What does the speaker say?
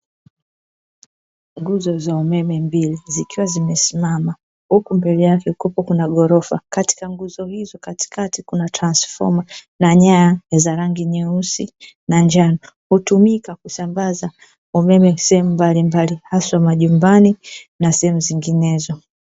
Nguzo za umeme mbili zikiwa zimesimama, huku mbele yake kukiwepo kuna ghorofa. Katika nguzo hizo katikati kuna transfoma na nyaya za rangi nyeusi na njano. Hutumika kusambaza umeme sehemu mbalimbali hasa majumbani na sehemu zinginezo.